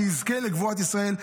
שיזכה לקבורת ישראל,